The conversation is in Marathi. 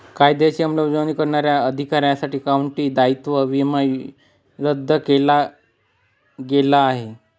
कायद्याची अंमलबजावणी करणाऱ्या अधिकाऱ्यांसाठी काउंटी दायित्व विमा रद्द केला गेला आहे